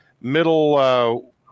Middle –